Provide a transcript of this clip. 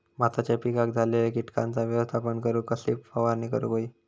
भाताच्या पिकांक झालेल्या किटकांचा व्यवस्थापन करूक कसली फवारणी करूक होई?